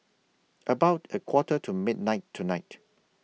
about A Quarter to midnight tonight